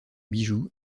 bijoux